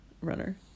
runner